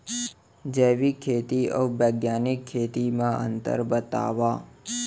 जैविक खेती अऊ बैग्यानिक खेती म अंतर बतावा?